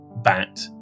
bat